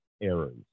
errors